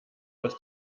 aus